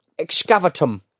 excavatum